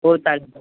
हो चालतं